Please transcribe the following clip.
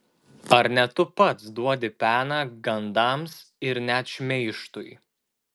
ar ne tu pats duodi peną gandams ir net šmeižtui